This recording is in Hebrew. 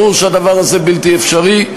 ברור שהדבר הזה בלתי אפשרי.